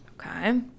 Okay